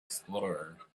xplorer